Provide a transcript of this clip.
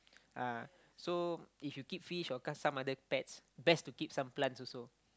uh so if you keep fish or some other pets best to keep some plants also